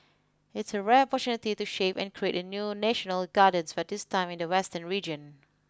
it's a rare opportunity to shape and create a new national gardens but this time in the western region